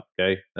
okay